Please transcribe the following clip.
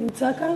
הוא נמצא כאן?